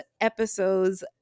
episode's